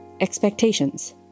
expectations